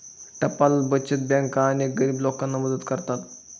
टपाल बचत बँका अनेक गरीब लोकांना मदत करतात